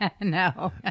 No